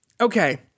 Okay